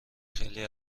خیلی